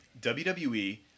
WWE